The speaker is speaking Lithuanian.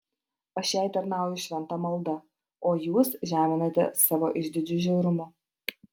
aš jai tarnauju šventa malda o jūs žeminate savo išdidžiu žiaurumu